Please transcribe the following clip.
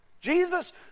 Jesus